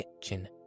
kitchen